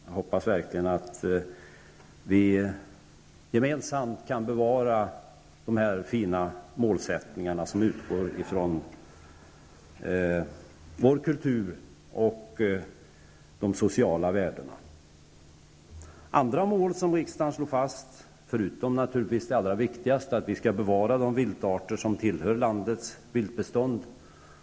Jag hoppas verkligen att vi gemensamt kan bevara de här fina målsättningarna som utgår ifrån vår kultur och de sociala värdena. Det viktigaste målet för viltvården är att bevara de viltarter som tillhör landets viltbestånd.